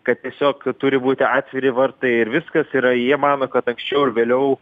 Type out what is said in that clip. kad tiesiog turi būti atviri vartai ir viskas yra jie mano kad anksčiau ar vėliau